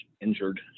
injured